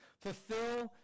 fulfill